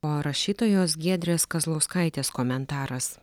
o rašytojos giedrės kazlauskaitės komentaras